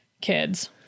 kids